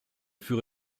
führe